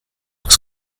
oes